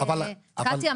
קטיה,